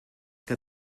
que